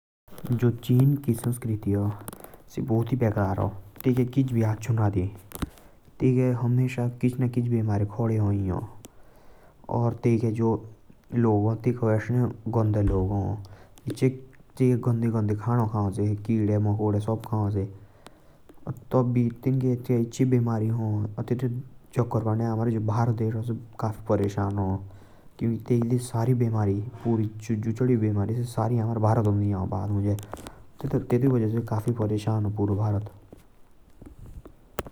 जो चीन के संस्कृति अ से काफी गंदे अ। तैका काफी बिमारी हा। तैकाके लोग काफी गंदे हो। तैकाके लोग केड़ा मकोड़े सब खाओ।